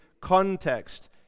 context